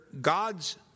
God's